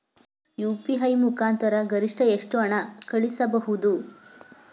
UPI ಮುಖಾಂತರ ಗರಿಷ್ಠ ಎಷ್ಟು ಹಣ ಕಳಿಸಬಹುದು?